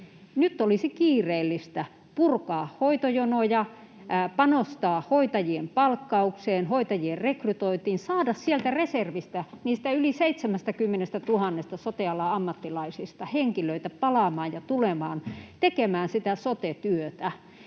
Nyt olisi kiireellistä purkaa hoitojonoja, panostaa hoitajien palkkaukseen, hoitajien rekrytointiin, saada sieltä reservistä, niistä yli 70 000 sote-alan ammattilaisesta, henkilöitä palaamaan ja tulemaan, tekemään sitä sote-työtä.